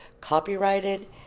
copyrighted